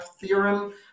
theorem